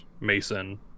Mason